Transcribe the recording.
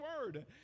Word